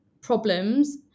problems